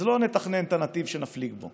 אז לא נתכנן את הנתיב שנפליג בו